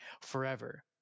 forever